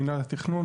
מנהל התכנון,